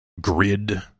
grid